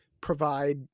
provide